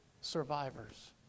survivors